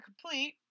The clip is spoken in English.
complete